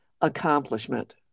accomplishment